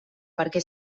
perquè